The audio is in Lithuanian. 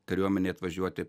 kariuomenei atvažiuoti